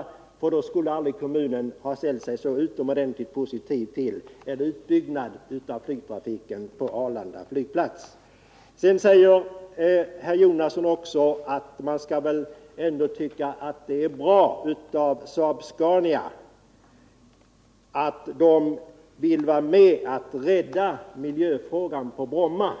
I sådant fall skulle kommunen aldrig ha ställt sig så utomordentligt positiv till en utbyggnad av flygtrafiken på Arlanda flygplats. Herr Jonasson sade också att man borde tycka att det är bra att SAAB Scania vill vara med och rädda miljön i Bromma